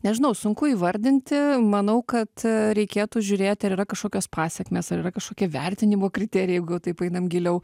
nežinau sunku įvardinti manau kad reikėtų žiūrėti ar yra kažkokios pasekmės ar yra kažkokie vertinimo kriterijai jeigu taip einam giliau